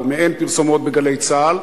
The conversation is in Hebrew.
או מעין פרסומות ב"גלי צה"ל".